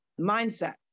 mindset